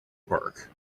park